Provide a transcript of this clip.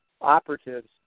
operatives